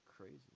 crazy